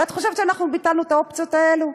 ואת חושבת שאנחנו ביטלנו את האופציות האלה?